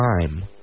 time